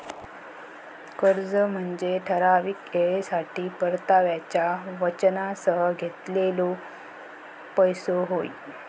कर्ज म्हनजे ठराविक येळेसाठी परताव्याच्या वचनासह घेतलेलो पैसो होय